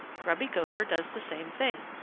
grubby gopher does the same thing.